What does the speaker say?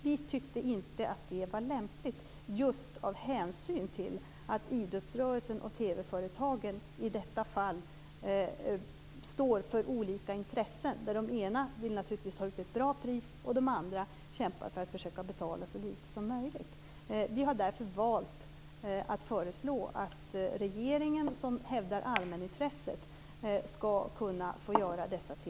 Vi tyckte inte att det var lämpligt just av hänsyn till att idrottsrörelsen och TV-företagen i detta fall står för olika intressen. Den ena vill naturligtvis få ut ett bra pris, den andra vill kämpa för att betala så litet som möjligt. Vi har därför valt att föreslå att regeringen som hävdar allmänintresset skall kunna få göra dessa TV